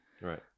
Right